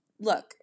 Look